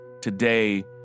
today